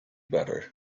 better